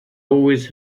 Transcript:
always